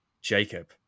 Jacob